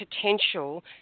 potential